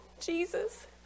Jesus